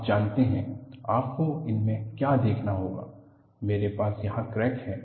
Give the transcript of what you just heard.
आप जानते हैं आपको इसमें क्या देखना होगा मेरे पास यहाँ क्रैक है